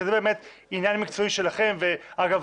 כי זה באמת עניין מקצועי שלכם ואגב,